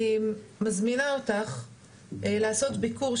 אני מזמינה אותך לעשות ביקור,